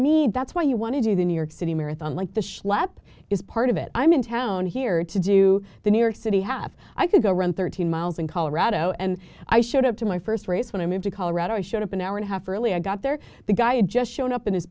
me that's why you want to do the new york city marathon like the schlep is part of it i'm in town here to do the new york city have i can go run thirteen miles in colorado and i showed up to my first race when i moved to colorado i showed up an hour and a half early i got there the guy had just shown up in his